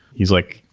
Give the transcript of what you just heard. he's like,